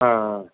ஆ